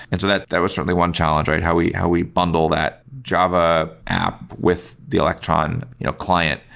and so that that was certainly one challenge, right? how we how we bundle that java app with the electron you know client.